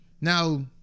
Now